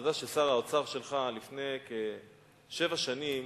אתה יודע ששר האוצר שלך לפני כשבע שנים